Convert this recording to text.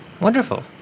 Wonderful